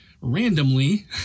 randomly